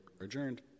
Adjourned